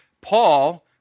Paul